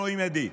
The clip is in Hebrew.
אלוהים עדי,